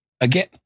again